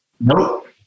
Nope